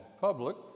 public